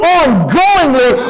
ongoingly